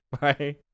right